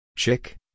Chick